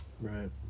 Right